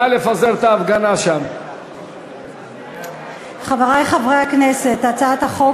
קודם כול ברצוני להודות לחברי איציק שמולי שפירט בנושא החשוב